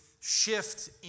shift